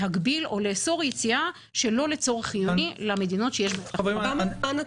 להגביל או לאסור יציאה שלא לצורך חיוני למדינות שיש בהן תחלואה.